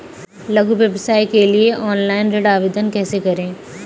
लघु व्यवसाय के लिए ऑनलाइन ऋण आवेदन कैसे करें?